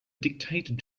dictated